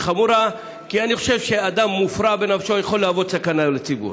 כי אני חושב שאדם מופרע בנפשו יכול להוות סכנה לציבור.